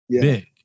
big